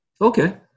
Okay